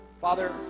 Father